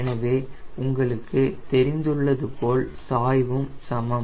எனவே உங்களுக்கு தெரிந்துள்ளது போல் சாய்வும் சமம்